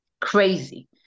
crazy